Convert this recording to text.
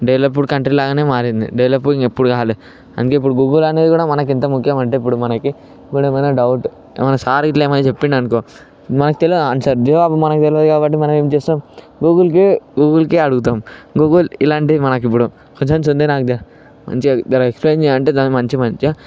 developed country లాగానే మారింది developed ఎప్పుడు కాలే అందుకే ఇప్పుడు గూగుల్ అనేది కూడా మనకు ఎంత ముఖ్యం అంటే మనకి ఇప్పుడు మన డౌట్ ఏమైనా సార్ ఇట్లా ఏమైనా చెప్పిండు అనుకో మనకి తెలియదు ఆన్సర్ జవాబు మనకి తెలవదు కాబట్టి మనం ఏం చేస్తాం గూగుల్కి గూగుల్కి అడుగుతాం గూగుల్ ఇలాంటి మనకి ఇప్పుడు క్వశ్చన్ ఉంది దాన్ని మంచిగా జరా ఎక్సప్లయిన్ చేయి అంటే దాన్ని మంచి మంచిగా